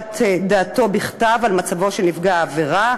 חוות דעתו בכתב על מצבו של נפגע העבירה.